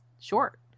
short